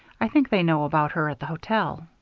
i think they know about her at the hotel.